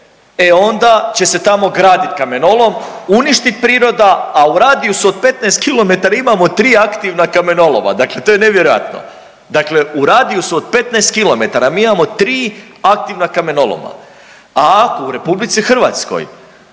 e onda će se tamo gradit kamenolom, uništit priroda, a u radijusu od 15 km imamo tri aktivna kamenoloma, dakle to je nevjerojatno, dakle u radijusu od 15 km mi imamo tri aktivna kamenoloma, a ako u RH na razini